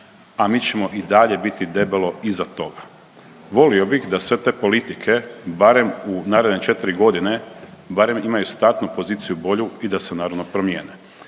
a mi ćemo i dalje biti debelo iza toga. Volio bih da sve te politike, barem u naredne 4.g., barem imaju startnu poziciju bolju i da se naravno promijene.